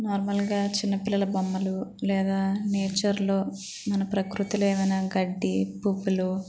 నార్మల్గా చిన్న పిల్లల బొమ్మలు లేదా నేచర్లో మన ప్రకృతిలో ఏమైనా గడ్డి పువ్వులు